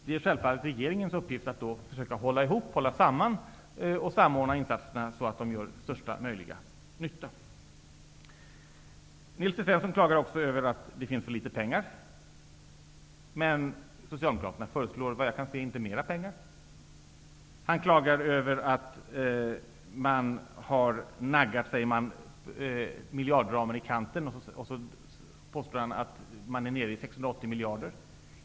Det är självfallet regeringens uppgift att försöka hålla samman och samordna insatserna så att de gör största möjliga nytta. Nils T Svensson klagar också över att det finns för litet pengar. Men såvitt jag kan se föreslår Socialdemokraterna inte mer pengar. Han klagar över att man har naggat miljardramen i kanten, och han påstår att man är nere i 680 miljoner.